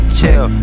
chill